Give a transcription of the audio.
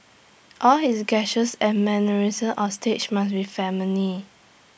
all his gestures and mannerisms on stage must be feminine